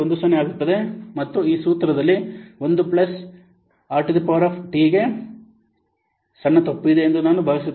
10 ಆಗುತ್ತದೆ ಮತ್ತು ಈ ಸೂತ್ರದಲ್ಲಿ 1 plus R to the power T ಗೆ ಸಣ್ಣ ತಪ್ಪು ಇದೆ ಎಂದು ನಾನು ಭಾವಿಸುತ್ತೇನೆ